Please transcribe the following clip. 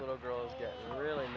little girls really